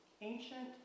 ancient